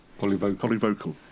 Polyvocal